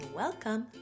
welcome